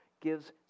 gives